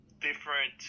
different